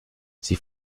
sie